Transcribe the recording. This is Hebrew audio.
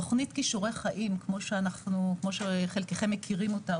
תוכנית כישורי חיים כמו שחלקכם מכירים אותה,